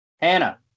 Hannah